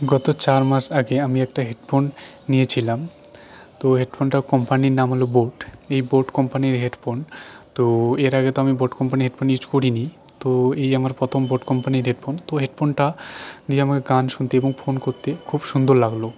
গত চার মাস আগে আমি একটা হেডফোন নিয়েছিলাম তো হেডফোনটার কোম্পানির নাম হল বোট এই বোট কোম্পানির হেডফোন তো এর আগে তো আমি বোট কোম্পানির হেডফোন ইউজ করিনি তো এই আমার প্রথম বোট কোম্পানির হেডফোন তো হেডফোনটা দিয়ে আমাকে গান শুনতে এবং ফোন করতে খুব সুন্দর লাগলো